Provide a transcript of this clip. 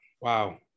Wow